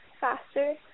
faster